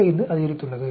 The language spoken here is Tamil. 85 அதிகரித்துள்ளது